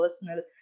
personal